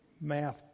math